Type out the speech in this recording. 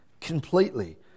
completely